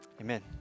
amen